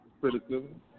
criticism